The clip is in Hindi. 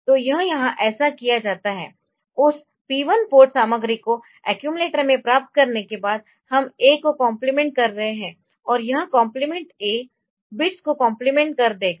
तो यह यहाँ ऐसा किया जाता है उस P1 पोर्ट सामग्री को अक्युमलेटर में प्राप्त करने के बाद हम A को कॉम्प्लीमेंट कर रहे है और यह कॉम्प्लीमेंट A बिट्स को कॉम्प्लीमेंट कर देगा